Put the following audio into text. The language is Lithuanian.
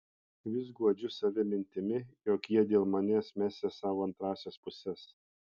vis guodžiu save mintim jog jie dėl manęs mesią savo antrąsias puses